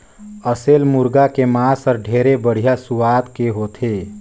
असेल मुरगा के मांस हर ढेरे बड़िहा सुवाद के होथे